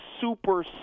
super